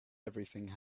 everything